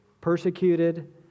persecuted